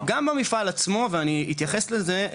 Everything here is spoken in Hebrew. גם במפעל עצמו ואני אתייחס לזה,